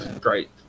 Great